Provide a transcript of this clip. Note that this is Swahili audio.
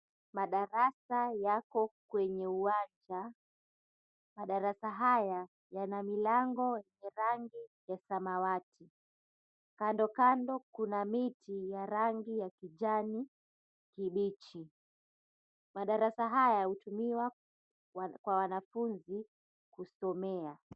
Madarasa yako kwenye uwanja. Madarasa haya yana milango ya rangi ya samawati. Kando kando kuna miti ya rangi ya kijani kibichi. Madarasa haya hutumiwa kwa wanafunzi kusomea.